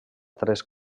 tres